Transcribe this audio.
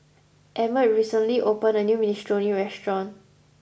Emmett recently opened a new Minestrone restaurant